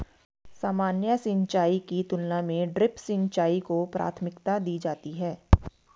सामान्य सिंचाई की तुलना में ड्रिप सिंचाई को प्राथमिकता दी जाती है